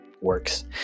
works